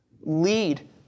lead